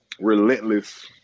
relentless